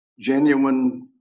genuine